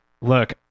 look